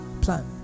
plan